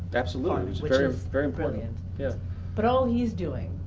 absolutely, it's very important. yeah but all he's doing,